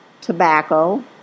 tobacco